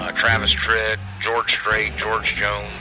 ah travis tritt, george strait, george jones,